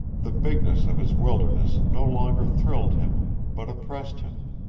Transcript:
the bigness of his wilderness no longer thrilled him, but oppressed him.